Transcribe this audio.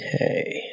Okay